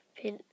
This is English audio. pin